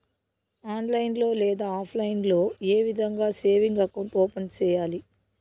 online లో లేదా offline లో ఏ విధంగా సేవింగ్ అకౌంట్ ఓపెన్ సేయాలి